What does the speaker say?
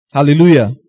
Hallelujah